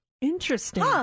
Interesting